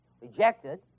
rejected